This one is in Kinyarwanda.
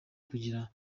kugira